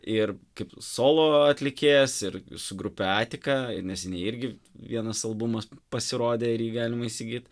ir kaip solo atlikėjas ir su grupe atika ji neseniai irgi vienas albumas pasirodė ir jį galima įsigyt